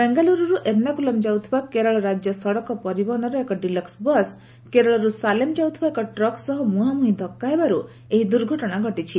ବାଙ୍ଗାଲୋରରୁ ଏର୍ଣ୍ଣାକୁଲମ ଯାଉଥିବା କେରଳ ରାଜ୍ୟ ସଡ଼କ ପରିବହନର ଏକ ଡିଲକ୍କ ବସ୍ କେରଳରୁ ସାଲେମ ଯାଉଥିବା ଏକ ଟ୍ରକ୍ ସହ ମୁହାଁମୁହିଁ ଧକ୍କା ହେବାରୁ ଏହି ଦୁର୍ଘଟଣା ଘଟିଛି